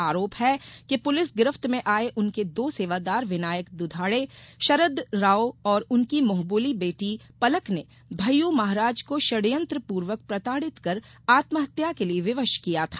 आरोप है कि पुलिंस गिरफ्त में आये उनके दो सेवादार विनायक दूधाड़े शरदराव और उनकी मुंहबोली बेटी पलक ने भय्यू महाराज को षड्यंत्र पूर्वक प्रताड़ित कर आत्महत्या के लिये विवश किया था